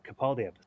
Capaldi